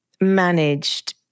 managed